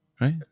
Right